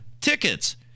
tickets